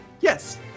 Yes